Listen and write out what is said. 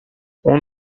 اون